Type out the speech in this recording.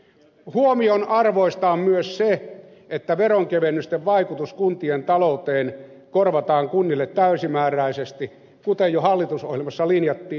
huomionarvoista on myös se että veronkevennysten vaikutus kuntien talouteen korvataan kunnille täysimääräisesti kuten jo hallitusohjelmassa linjattiin